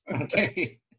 Okay